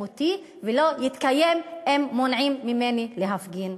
אותי ולא יתקיים אם מונעים ממני להפגין.